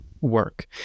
work